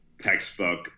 textbook